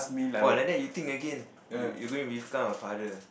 !wah! like that you think again you you going to become a father